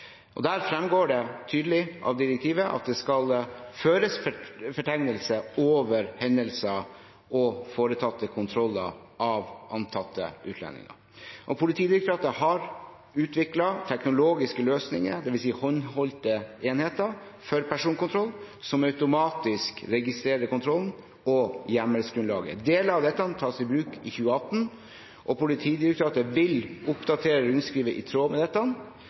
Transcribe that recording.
fremgår tydelig av direktivet at det skal føres fortegnelser over hendelser og foretatte kontroller av antatte utlendinger. Politidirektoratet har utviklet teknologiske løsninger, dvs. håndholdte enheter, for personkontroll, som automatisk registrerer kontrollen og hjemmelsgrunnlaget. Deler av dette tas i bruk i 2018, og Politidirektoratet vil oppdatere rundskrivet i tråd med dette.